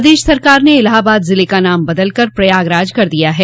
प्रदेश सरकार ने इलाहाबाद जिले का नाम बदल कर प्रयागराज कर दिया है